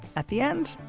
at the end,